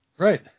Right